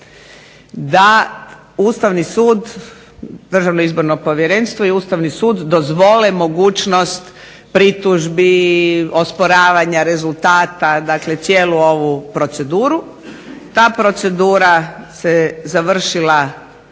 da Ustavni sud, Državno izborno povjerenstvo i Ustavni sud dozvole mogućnost pritužbi, osporavanja rezultata dakle cijelu ovu proceduru. Ta procedura se završila 3.